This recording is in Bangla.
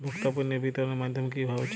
ভোক্তা পণ্যের বিতরণের মাধ্যম কী হওয়া উচিৎ?